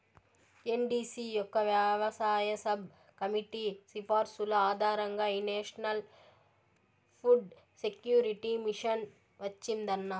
NDC యొక్క వ్యవసాయ sub committee సిఫార్సుల ఆధారంగా ఈ నేషనల్ ఫుడ్ సెక్యూరిటీ మిషన్ వచ్చిందన్న